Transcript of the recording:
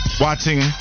watching